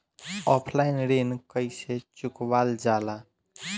Offline ऋण कइसे चुकवाल जाला?